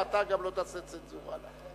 ואתה גם לא תעשה צנזורה עלי.